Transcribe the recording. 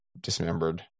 dismembered